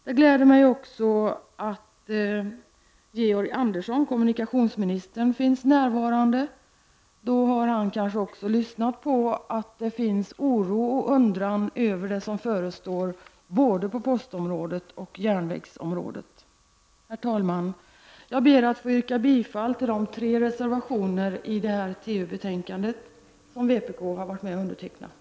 Det gläder mig att kommunikationsminister Georg Andersson är närvarande. Då har han kanske också hört att det finns en oro och undran över det som förestår både på postområdet och på järnvägsområdet. Herr talman! Jag ber att få yrka bifall till de tre reservationer till TU:s betänkande som vpk har varit med om att avge.